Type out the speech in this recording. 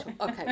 Okay